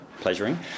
pleasuring